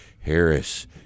Harris